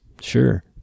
sure